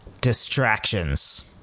Distractions